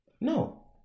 No